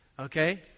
Okay